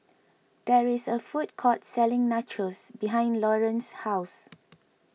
there is a food court selling Nachos behind Lawerence's house